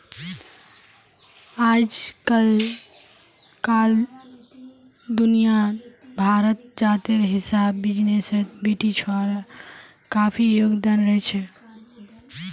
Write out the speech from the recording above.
अइजकाल दुनिया भरत जातेर हिसाब बिजनेसत बेटिछुआर काफी योगदान रहछेक